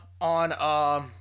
on